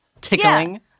tickling